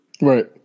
right